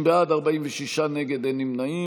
30 בעד, 46 נגד, אין נמנעים.